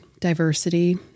diversity